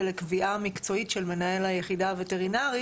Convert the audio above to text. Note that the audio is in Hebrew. לקביעה מקצועית של מנהל היחידה הווטרינרית,